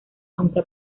aunque